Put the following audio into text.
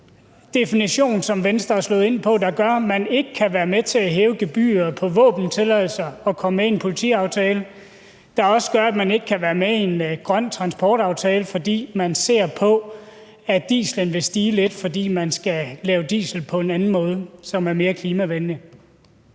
definition, som Venstre er slået ind på, der gør, at man ikke kan være med til at hæve gebyret på våbentilladelser og komme med i en politiaftale, og som også gør, at man ikke kan være med i en grøn transportaftale, fordi man ser på, at diesel vil stige lidt, fordi vi skal lave diesel på en anden måde, som er mere klimavenlig.